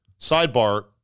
Sidebar